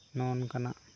ᱱᱚᱜᱼᱚ ᱱᱚᱝᱠᱟᱱᱟᱜ